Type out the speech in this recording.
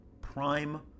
prime